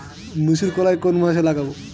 মুসুরকলাই কোন মাসে লাগাব?